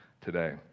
today